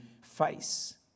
face